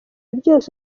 byose